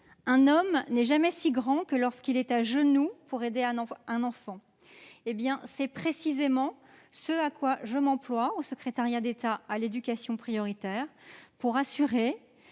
Un homme n'est jamais si grand que lorsqu'il est à genoux pour aider un enfant. » C'est précisément ce à quoi je m'emploie au secrétariat d'État à l'éducation prioritaire pour assurer